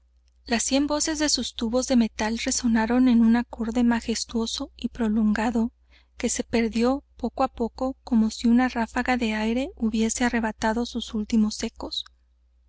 las cien voces de sus tubos de metal resonaron en un acorde majestuoso y prolongado que se perdió poco á poco como si una ráfaga de aire hubiese arrebatado sus últimos ecos